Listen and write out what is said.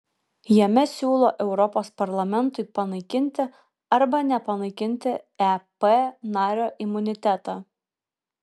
jame siūlo europos parlamentui panaikinti arba nepanaikinti ep nario imunitetą